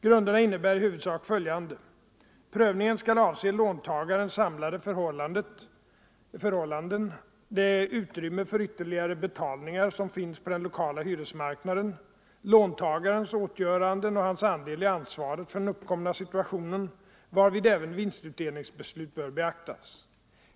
Grunderna innebär i huvudsak följande: Prövningen skall avse låntagarens samlade förhållanden, det utrymme för ytterligare betalningar som finns på den lokala hyresmarknaden, låntagarens åtgöranden och hans andel i ansvaret för den uppkomna situationen, varvid även vinstutdelningsbeslut bör beaktas.